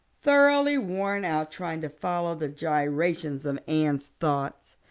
thoroughly worn out trying to follow the gyrations of anne's thoughts.